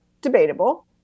Debatable